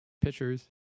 pitchers